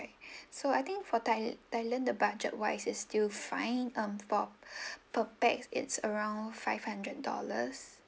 so I think for thailand thailand the budget wise is still fine um for per pax it's around five hundred dollars